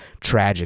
tragic